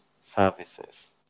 services